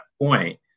point